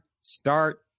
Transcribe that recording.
start